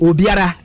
Ubiara